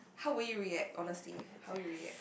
how will you react honestly how will you react